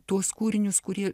tuos kūrinius kurie